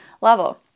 level